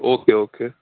okay okay